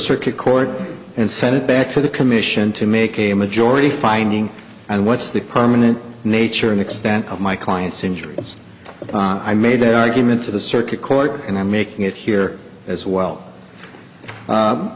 circuit court and send it back to the commission to make a majority finding and what's the permanent nature and extent of my client's injuries i made the argument to the circuit court and i'm making it here as well